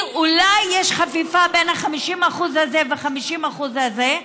אולי יש חפיפה בין ה-50% האלה וה-50% האלה,